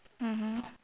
mmhmm